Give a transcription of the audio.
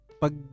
pag